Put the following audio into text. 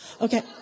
Okay